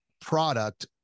product